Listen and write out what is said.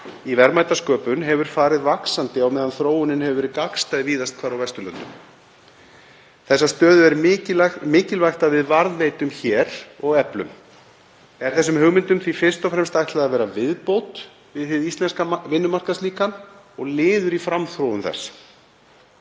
í verðmætasköpun hefur farið vaxandi á meðan þróunin hefur verið gagnstæð víðast hvar á Vesturlöndum. Þessa stöðu er mikilvægt að við varðveitum hér og eflum. Er þessum hugmyndum því fyrst og fremst ætlað að vera viðbót við hið íslenska vinnumarkaðslíkan og liður í framþróun þess.